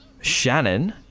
Shannon